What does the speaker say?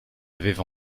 avaient